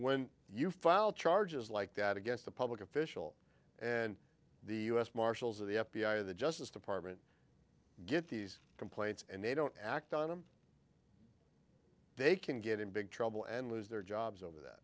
when you file charges like that against a public official and the u s marshals the f b i the justice department get these complaints and they don't act on them they can get in big trouble and lose their jobs over that